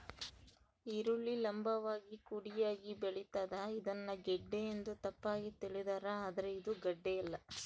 ಈರುಳ್ಳಿ ಲಂಭವಾಗಿ ಕುಡಿಯಾಗಿ ಬೆಳಿತಾದ ಇದನ್ನ ಗೆಡ್ಡೆ ಎಂದು ತಪ್ಪಾಗಿ ತಿಳಿದಾರ ಆದ್ರೆ ಇದು ಗಡ್ಡೆಯಲ್ಲ